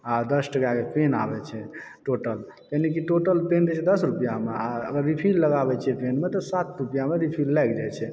आ दस टका के पेन आबै छै टोटल यानिकी टोटल पेन दय छै दस रुपैआ मे आ अगर रिफ़ील लगबाबै छियै पेन मे तऽ सात रुपैआ मे रिफ़ील लागि जाइ छै